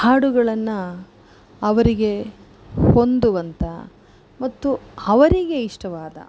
ಹಾಡುಗಳನ್ನು ಅವರಿಗೆ ಹೊಂದುವಂಥ ಮತ್ತು ಅವರಿಗೆ ಇಷ್ಟವಾದ